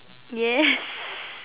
yes